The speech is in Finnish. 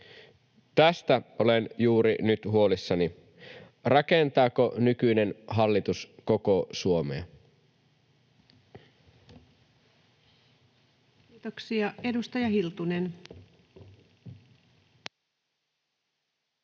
Tästä olen juuri nyt huolissani: rakentaako nykyinen hallitus koko Suomea? [Speech 318] Speaker: